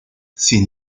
sin